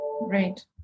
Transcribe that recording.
Right